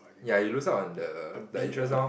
ya you lose out on the the interest lor